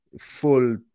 full